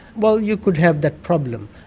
well you could have that problem.